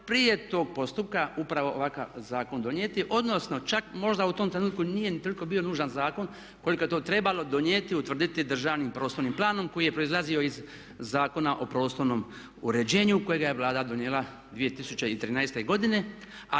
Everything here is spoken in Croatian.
prije tog postupka upravo ovakav zakon donijeti odnosno čak možda u tom trenutku nije ni toliko bio nužan zakon koliko je to trebalo donijeti i utvrditi državnim prostornim planom koji je proizlazio iz Zakona o prostornom uređenju kojega je Vlada donijela 2013. godine.